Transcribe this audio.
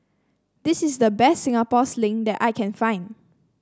this is the best Singapore Sling that I can find